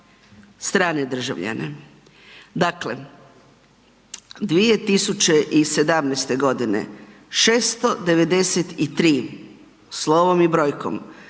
strane državljane. Dakle, 2017. g. 693, slovom i brojkom